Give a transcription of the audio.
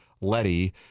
Letty